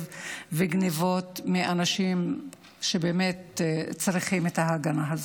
וגניבות מאנשים שבאמת צריכים את ההגנה הזאת.